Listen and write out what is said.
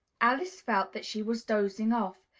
alice felt that she was dozing off,